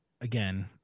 again